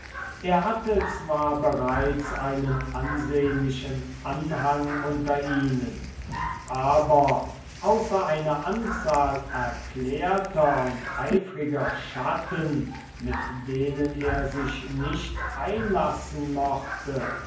er hatte zwar bereits einen ansehnlichen anhang unter ihnen aber außer einer anzahl erklärter und eifriger schatten mit denen er sich nicht einlassen mochte